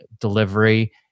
delivery